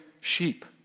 sheep